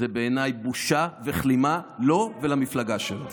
זה בעיניי בושה וכלימה לו ולמפלגה שלו.